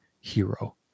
hero